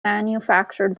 manufactured